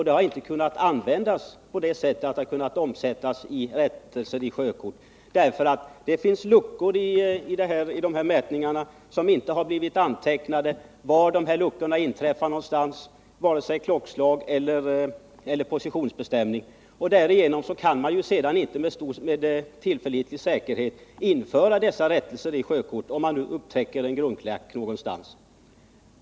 Det har inte kunnat omsättas i rättelser i sjökort, därför att det finns luckor i mätningarna, och det har inte blivit antecknat vare sig klockslag eller positionsbestämning för dessa luckor. Då kan man inte med tillförlitlig säkerhet införa rättelser i sjökort, om man t.ex. registrerat en grundklack någonstans.